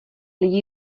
lidí